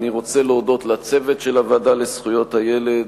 אני רוצה להודות לצוות של הוועדה לזכויות הילד,